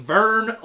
Vern